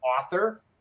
author